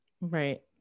Right